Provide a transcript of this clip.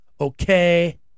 okay